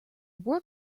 world